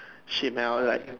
shit man I want like